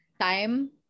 time